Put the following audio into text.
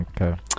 Okay